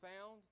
found